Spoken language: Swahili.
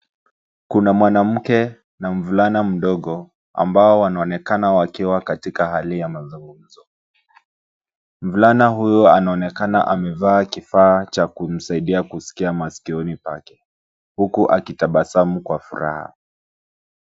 Kuna mwanamke na mvulana mdogo ambao wanaonekana wakewa katika hali ya mazungumzo. Mvulana huyo anaonekana amevaa kifaa cha kumsaidia kusikia masikioni pake huku akitabasamu kwa furaha.